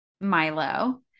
Milo